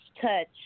touch